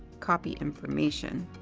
copy information,